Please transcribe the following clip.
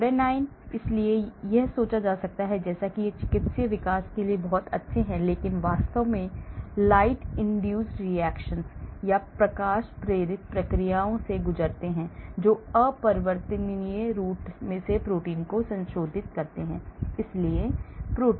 rhodanines इसलिए यह सोचा जा सकता है जैसे कि वे चिकित्सीय विकास के लिए बहुत अच्छे हैं लेकिन वास्तव में वे प्रकाश प्रेरित प्रतिक्रियाओं से गुजरते हैं जो अपरिवर्तनीय रूप से प्रोटीन को संशोधित करते हैं